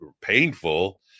painful